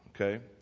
okay